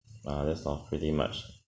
ah that's all pretty much